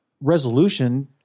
resolution